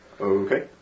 Okay